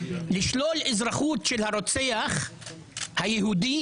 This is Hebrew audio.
לשלול אזרחות של הרוצח היהודי?